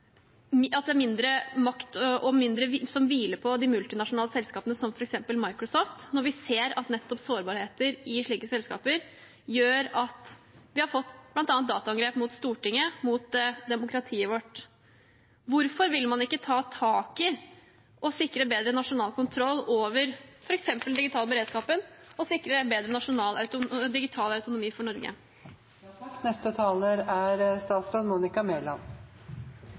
det er mindre makt som hviler hos de multinasjonale selskapene, som f.eks. Microsoft, når vi ser at nettopp sårbarheter i slike selskaper gjør at vi bl.a. har fått dataangrep mot Stortinget, mot demokratiet vårt? Hvorfor vil man ikke ta tak i og sikre bedre nasjonal kontroll over f.eks. den digitale beredskapen, og sikre bedre digital autonomi for Norge? Interpellanten sa at våre veier skilles, og at vi har en helt annen inngang. Det tror jeg er